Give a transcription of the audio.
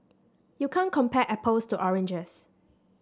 you can't compare apples to oranges